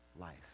Life